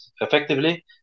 effectively